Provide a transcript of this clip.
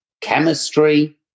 chemistry